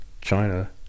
China